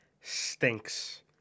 stinks